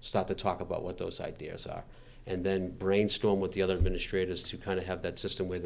start to talk about what those ideas are and then brainstorm with the other ministry it is to kind of have that system where